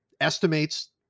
estimates